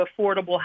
affordable